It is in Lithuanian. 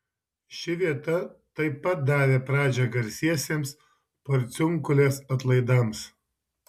ši vieta tai pat davė pradžią garsiesiems porciunkulės atlaidams